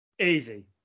Easy